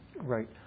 Right